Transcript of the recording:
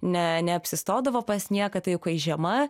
ne neapsistodavo pas nieką tai jau kai žiema